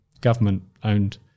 government-owned